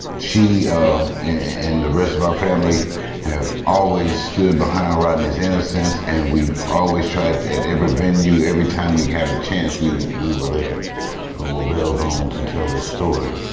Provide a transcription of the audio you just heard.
she and the rest of our family have always stood behind rodney's innocence and we've always tried, at every venue every time we had a chance, we we were there ah with bells on to tell this story.